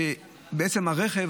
כשזה בעצם הרכב,